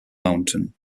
mountain